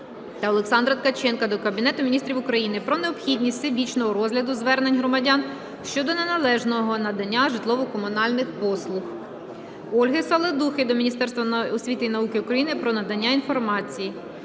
Олександра Ткаченка до Кабінету Міністрів України про необхідність всебічного розгляду звернень громадян щодо неналежного надання житлово-комунальних послуг. Ольги Саладухи до Міністерства освіти і науки України про надання інформації.